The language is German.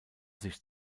sich